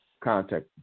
contact